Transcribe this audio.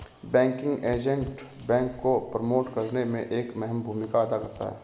banking agent bank को promote करने में एक अहम भूमिका अदा करता है